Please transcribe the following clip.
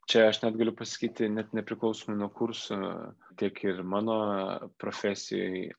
čia aš net galiu pasakyti net nepriklausomai nuo kursų tiek ir mano profesijoj